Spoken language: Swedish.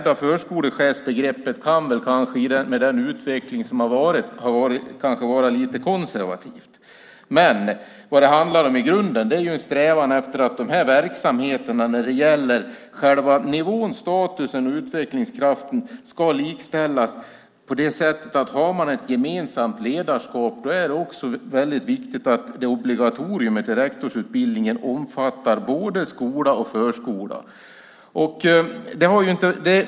Det kan kanske med den utveckling som har skett vara lite konservativt att hävda förskolechefbegreppet. I grunden handlar det om en strävan att verksamheterna när det gäller själva nivån, statusen och utvecklingskraften ska likställas. Om man har ett gemensamt ledarskap är det också viktigt att obligatoriet i rektorsutbildningen omfattar både skola och förskola.